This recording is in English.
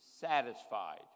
satisfied